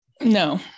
no